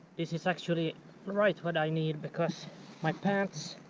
is is actually right what i need because my pants.